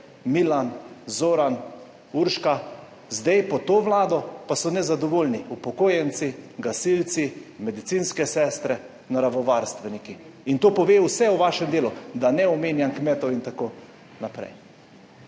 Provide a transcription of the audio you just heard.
Milan, Zoran, Urška. Zdaj pod to vlado pa so nezadovoljni upokojenci, gasilci, medicinske sestre, naravovarstveniki. In to pove vse o vašem delu, da ne omenjam kmetov in tako naprej.